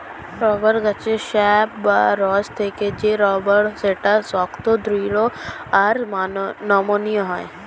rubber গাছের sap বা রস থেকে যে রাবার হয় সেটা শক্ত, দৃঢ় আর নমনীয়